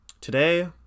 Today